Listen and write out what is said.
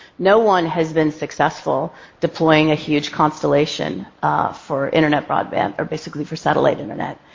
no one has been successful deploying a huge constellation for internet broadband, or basically for satellite internet,